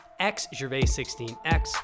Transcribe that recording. xGervais16x